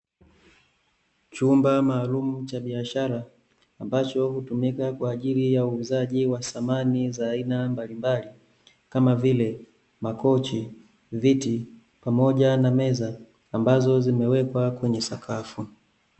Chumba maalumu cha biashara ambacho hutumika kwa ajili ya uuzaji thamani ya aina mbalimbali kama vile makochi, viti pamoja na meza ambazo zimewekwa kwenye sakafu.